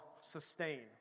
sustain